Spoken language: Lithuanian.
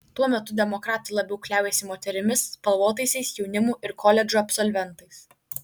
tuo metu demokratai labiau kliaujasi moterimis spalvotaisiais jaunimu ir koledžų absolventais